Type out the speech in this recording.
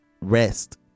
rest